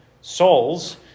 souls